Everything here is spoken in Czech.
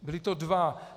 Byli to dva.